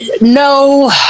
No